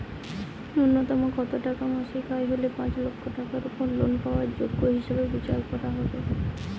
ন্যুনতম কত টাকা মাসিক আয় হলে পাঁচ লক্ষ টাকার উপর লোন পাওয়ার যোগ্য হিসেবে বিচার করা হবে?